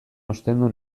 ostendu